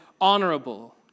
honorable